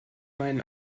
meinen